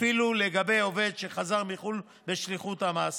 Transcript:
אפילו לגבי עובד שחזר מחו"ל בשליחות המעסיק.